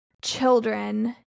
children